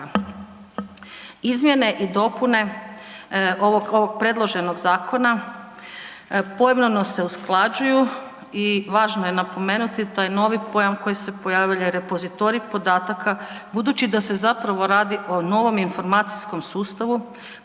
Izmjene i dopune ovog predloženog zakona pojmovno se usklađuju i važno je napomenuti taj novi pojam koji se pojavljuje, repozitorij podataka budući da se zapravo radi o novom informacijskom sustavu